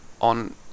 on